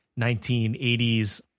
1980s